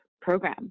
program